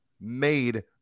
made